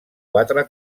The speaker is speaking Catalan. quatre